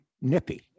Nippy